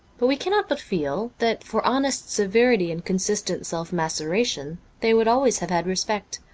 but we cannot but feel that for honest severity and consistent self-maceration they would always have had respect.